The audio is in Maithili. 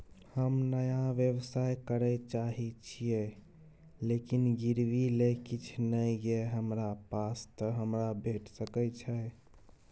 हम नया व्यवसाय करै चाहे छिये लेकिन गिरवी ले किछ नय ये हमरा पास त हमरा भेट सकै छै?